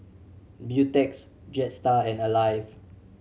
Beautex Jetstar and Alive